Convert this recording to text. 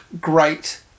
great